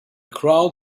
crowd